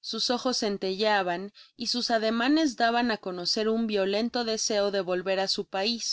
sus ojos centelleaban y sus ademanes daban á conocer un violento deseo de volver ásu pais